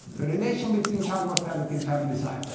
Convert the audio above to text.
the relationship between child mortality and family size.